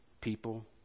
People